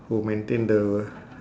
who maintain the